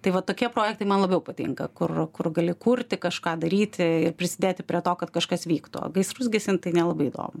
tai va tokie projektai man labiau patinka kur kur gali kurti kažką daryti ir prisidėti prie to kad kažkas vyktų gaisrus gesint tai nelabai įdomu